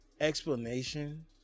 Explanation